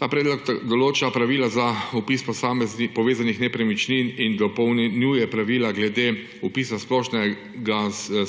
Ta predlog določa pravila za vpis posameznih povezanih nepremičnin in dopolnjuje pravila glede vpisa splošnega